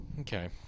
okay